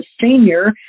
senior